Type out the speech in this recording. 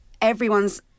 Everyone's